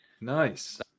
Nice